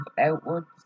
outwards